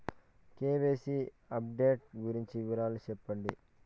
KYC update గురించి వివరాలు సెప్పండి?